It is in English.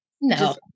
no